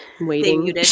waiting